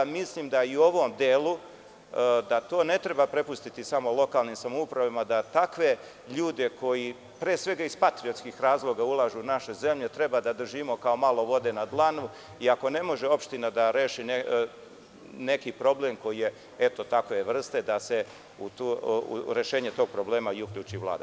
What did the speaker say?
Mislim da i u ovom delu da to ne treba prepustiti lokalnim samoupravama da takve ljude koji svega iz patriotskih razloga ulažu u našu zemlju, treba da držimo kao malo vode na dlanu i ako ne može opština da reši neki problem koji je takve vrste da se rešenje tog problema i uključi Vlada.